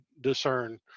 discern